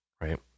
right